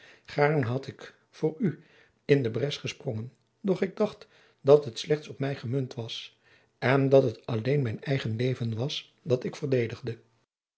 gaarne had ik voor u in den bres gesprongen doch ik dacht dat het slechts op mij gemunt was en dat het alleen mijn eigen leven was dat ik verdedigde